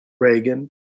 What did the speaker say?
Reagan